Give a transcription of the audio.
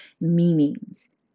meanings